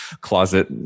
closet